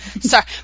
Sorry